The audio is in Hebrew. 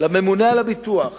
לממונה על הביטוח